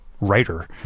writer